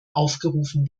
aufgerufen